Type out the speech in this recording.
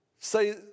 Say